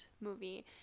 movie